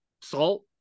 salt